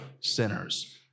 sinners